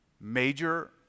major